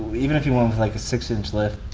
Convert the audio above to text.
even if you went with like, a six-inch lift,